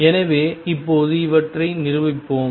எனவே இப்போது இவற்றை நிரூபிப்போம்